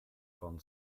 von